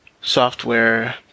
software